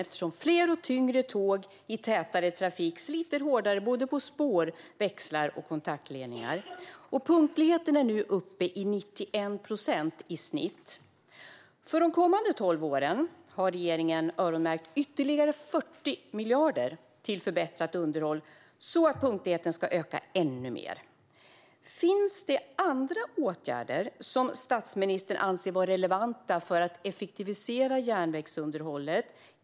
Fler och tyngre tåg i tätare trafik sliter hårdare på spår, växlar och kontaktledningar. Punktligheten är nu uppe i genomsnitt 91 procent. För de kommande tolv åren har regeringen öronmärkt ytterligare 40 miljarder till förbättrat underhåll så att punktligheten ska öka ännu mer. Finns det andra åtgärder som statsministern anser vara relevanta för att effektivisera järnvägsunderhållet?